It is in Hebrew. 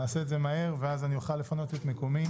נעשה את זה מהר ואז אני אוכל לפנות את מקומי.